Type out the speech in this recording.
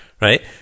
right